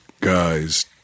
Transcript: guys